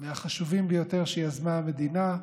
מהחשובים ביותר שיזמה המדינה,